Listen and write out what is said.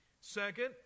Second